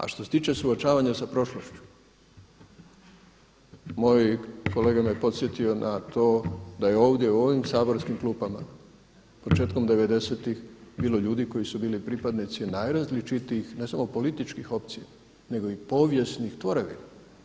A što se tiče, suočavanja sa prošlošću, moj kolega me podsjetio na to da je ovdje u ovim saborskim klupama početkom 90-tih bilo ljudi koji su bili pripadnici najrazličitijih, ne samo političkih opcija, nego i povijesnih tvorevina.